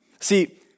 See